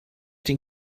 den